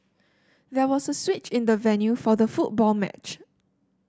there was a switch in the venue for the football match